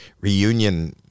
reunion